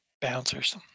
bouncers